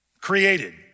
Created